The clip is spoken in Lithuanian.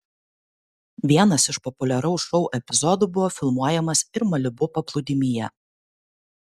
vienas iš populiaraus šou epizodų buvo filmuojamas ir malibu paplūdimyje